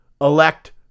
elect